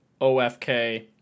OFK